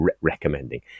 recommending